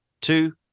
two